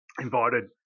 invited